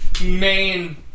main